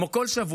כמו כל שבוע,